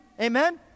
Amen